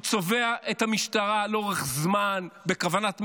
הוא צובע את המשטרה לאורך זמן, בכוונת מכוון,